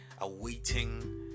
awaiting